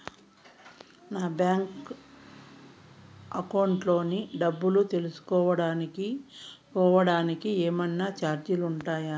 నా bank account లోని డబ్బు తెలుసుకోవడానికి కోవడానికి ఏమన్నా చార్జీలు ఉంటాయా?